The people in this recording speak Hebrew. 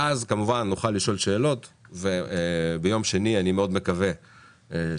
לאחר מכן נוכל לשאול שאלות וביום שני אני מאוד מקווה שנוכל